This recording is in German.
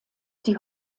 die